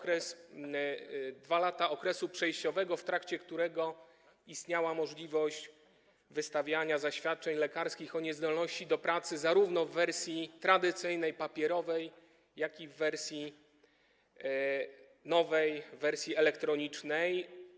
W trakcie 2 lat okresu przejściowego istniała możliwość wystawiania zaświadczeń lekarskich o niezdolności do pracy zarówno w wersji tradycyjnej, papierowej, jak i w wersji nowej, wersji elektronicznej.